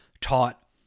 taught